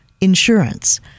insurance